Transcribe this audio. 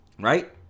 right